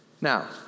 Now